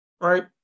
right